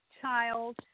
child